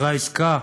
אחרי העסקה,